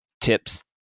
tips